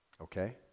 Okay